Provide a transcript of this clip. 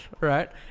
right